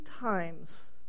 times